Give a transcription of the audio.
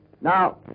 now